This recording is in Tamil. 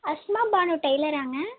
ஹஸ்னா பானு டைலராங்க